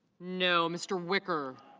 no. mr. wicker